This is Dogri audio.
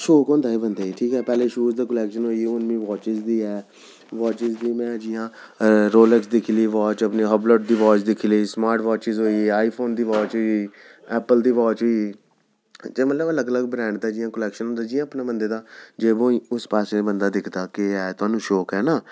शौक होंदा हा बंदे ई ठीक ऐ पैह्लें शूज़ दी कलेक्शन होई हून वॉच्स बी ऐ वॉच्स दी में जि'यां रोलेक्स दिक्खी लेई वॉच अपने हबलट दी वॉच दिक्खी लेई स्मार्ट वॉच्स होई आई फोन दी वॉच होई एप्पल दी वॉच होई ते मतलब अलग अलग ब्रैन्ड दा जि'यां कलेक्शन होंदा जि'यां अपने बंदे दा जे उस पासै बंदा दिखदा की थाह्नूं शौक ऐ ना